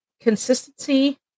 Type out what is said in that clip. consistency